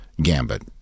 gambit